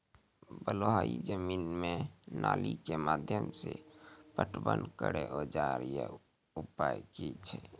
बलूआही जमीन मे नाली के माध्यम से पटवन करै औजार या उपाय की छै?